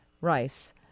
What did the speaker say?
Rice